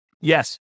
Yes